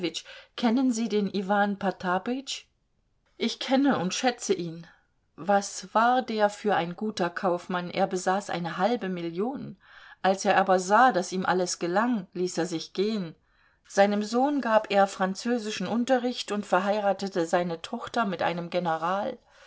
kennen sie den iwan potapytsch ich kenne und schätze ihn was war der für ein guter kaufmann er besaß eine halbe million als er aber sah daß ihm alles gelang ließ er sich gehen seinem sohn gab er französischen unterricht und verheiratete seine tochter mit einem general